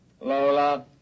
Lola